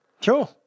Sure